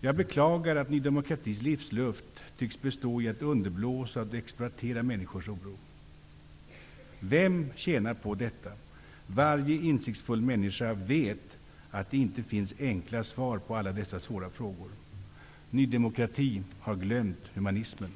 Jag beklagar att Ny demokratis livsluft tycks bestå i att underblåsa och exploatera människors oro. Vem tjänar på detta? Varje insiktsfull människa vet att det inte finns enkla svar på alla dessa svåra frågor. Ny demokrati har glömt humaniteten.